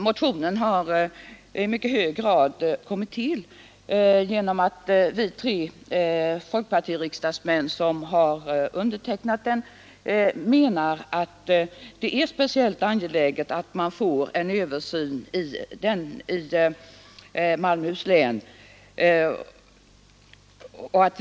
Motionen har kommit till därför att vi tre folkpartiriksdagsmän som undertecknat den menar att det är speciellt angeläget att en översyn görs i Malmöhus län. Vi har alltså velat Onsdagen den 22 november 1972 Detta är således vår uppfattning.